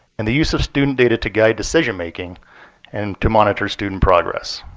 and the use of student data to guide decision making and to monitor student progress.